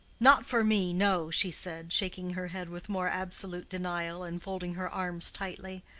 not for me, no, she said, shaking her head with more absolute denial, and folding her arms tightly.